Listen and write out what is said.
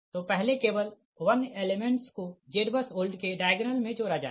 तो पहले केवल 1 एलेमेंट्स को ZBUSOLD के डायग्नल मे जोड़ा जाएगा